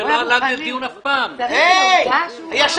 זה לא עלה לדיון אף פעם.